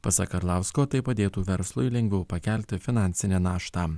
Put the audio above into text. pasak arlausko tai padėtų verslui lengviau pakelti finansinę naštą